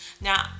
now